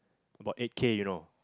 about eight K you know